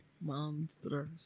monsters